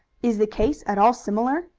is the case at all similar?